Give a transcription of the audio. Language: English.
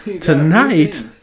Tonight